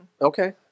Okay